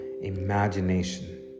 imagination